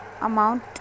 amount